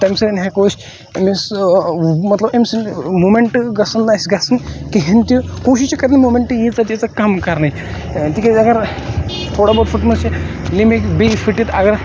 تمہِ سۭتۍ ہیٚکو أسۍ أمِس مَطلَب أمۍ سٕنٛدۍ موٗمیٚنٛٹ گَژھَن نہٕ اَسہِ کہیٖنۍ تہِ کوٗشِش چھِ کَرٕنۍ موٗمینٹ ییٖژاہ تیٖژاہ کم کَرٕنٕچ تکیازِ اَگَر تھوڑا بہت پھٕٹمٕژ چھِ لِمب ہیٚکہِ بییٚہِ پھٕٹِتھ اَگَر